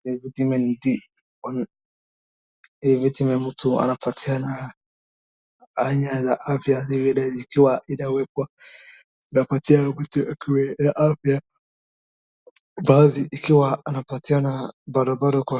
Hii ni Vitamin D , hii vitu ni mtu anapatiana aina za afya zingine zikiwa zinawekwa napatia mtu akue na afya, baadhi ikiwa anapatiana barabara kwa.